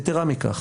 יתרה מכך.